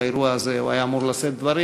באירוע הזה הוא היה אמור לשאת דברים,